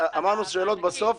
אמרנו שאלות בסוף.